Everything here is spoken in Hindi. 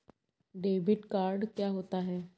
डेबिट कार्ड क्या होता है?